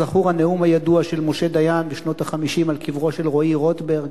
זכור הנאום הידוע של משה דיין בשנות ה-50 על קברו של רועי רוטברג,